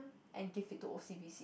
and give it to O_C_B_C